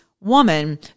woman